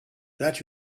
that